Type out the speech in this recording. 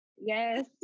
Yes